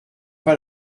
pas